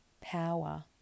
power